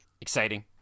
Exciting